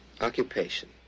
occupation